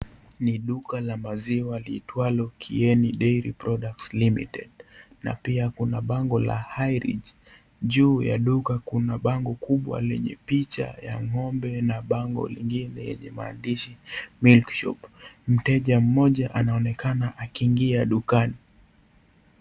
Ni Duka la maziwa liitwalo Kieni Dairy Products Limited. Na pia kuna bango la High reach . Juu ya duka kuna bango kubwa lenye picha ya ng'ombe na bango lingine lenye maandishi " milk shop . Mteja mmoja anaonekana akiingia dukani.